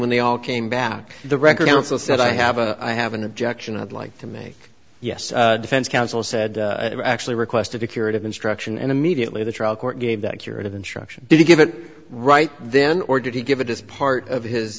when they all came back the record counsel said i have a i have an objection i'd like to make yes defense counsel said actually requested a curative instruction and immediately the trial court gave that curative instruction did you give it right then or did he give it as part of his